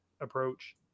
approach